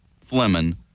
Fleming